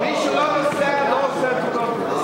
מי שלא נוסע לא עושה תאונות דרכים.